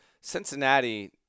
Cincinnati